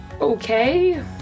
okay